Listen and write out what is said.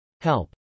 help